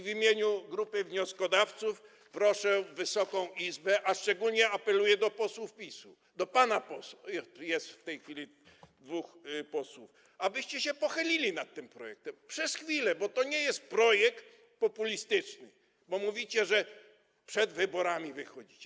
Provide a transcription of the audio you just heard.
W imieniu grupy wnioskodawców proszę Wysoką Izbę, a szczególnie apeluję do posłów PiS-u, do pana posła, jest w tej chwili dwóch posłów, abyście się pochylili nad tym projektem przez chwilę, bo to nie jest projekt populistyczny, bo mówicie: przed wyborami wychodzicie.